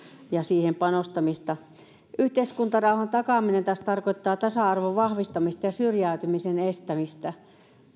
ja siihen panostamista yhteiskuntarauhan takaaminen taas tarkoittaa tasa arvon vahvistamista ja syrjäytymisen estämistä